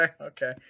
okay